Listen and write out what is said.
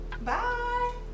Bye